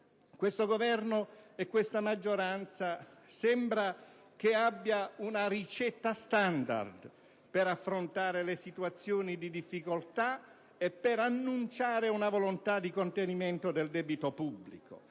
che il Governo e la maggioranza abbiano una ricetta standard per affrontare le situazioni di difficoltà e per annunciare una volontà di contenimento del debito pubblico: